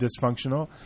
dysfunctional